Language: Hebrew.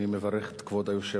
אני מברך את כבוד היושב-ראש,